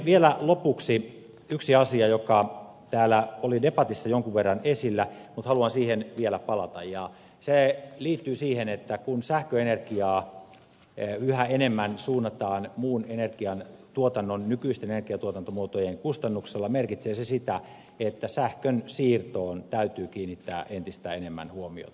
vielä lopuksi yksi asia joka täällä oli debatissa jonkun verran esillä mutta haluan siihen vielä palata ja se liittyy siihen että kun sähköenergiaa yhä enemmän suunnataan muun energian tuotannon nykyisten energiatuotantomuotojen kustannuksella merkitsee se sitä että sähkön siirtoon täytyy kiinnittää entistä enemmän huomiota